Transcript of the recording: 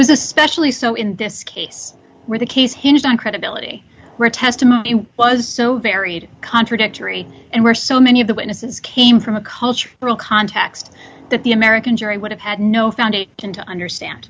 was especially so in this case where the case hinged on credibility retest amount it was so varied contradictory and where so many of the witnesses came from a culture little context that the american jury would have had no found it can to understand